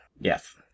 Yes